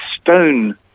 stone